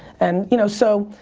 and you know so